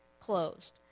closed